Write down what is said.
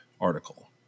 article